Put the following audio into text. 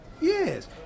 Yes